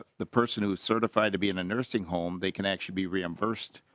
ah the person who certified to be in a nursing home they can actually be reimbursed.